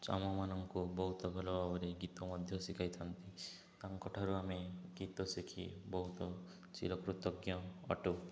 ଚ ଆମମାନଙ୍କୁ ବହୁତ ଭଲ ଭାବରେ ଗୀତ ମଧ୍ୟ ଶିଖାଇଥାନ୍ତି ତାଙ୍କ ଠାରୁ ଆମେ ଗୀତ ଶିଖି ବହୁତ ଚିରକୃତଜ୍ଞ ଅଟୁ